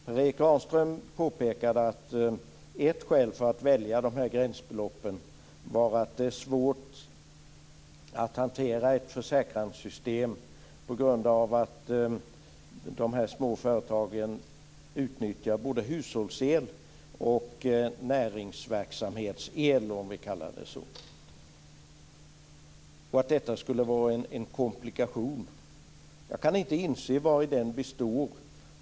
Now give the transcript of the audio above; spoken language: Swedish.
Per Erik Granström påpekade att ett skäl för att välja de här gränsbeloppen var att det är svårt att hantera ett försäkranssystem på grund av att de små företagen utnyttjar både hushållsel och näringsverksamhetsel, om vi kallar det så, och att detta skulle vara en komplikation. Jag kan inte inse vari den består.